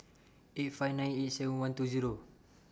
eight five nine eight seven one two Zero